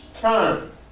turn